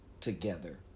together